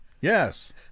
Yes